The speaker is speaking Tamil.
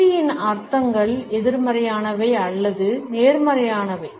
அமைதியின் அர்த்தங்கள் எதிர்மறையானவை அல்லது நேர்மறையானவை